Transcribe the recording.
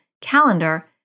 calendar